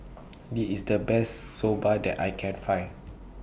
This IS The Best Soba that I Can Find